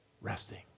resting